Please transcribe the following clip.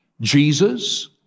Jesus